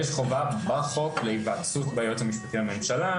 יש חובה בחוק להיוועצות ביועץ המשפטי לממשלה,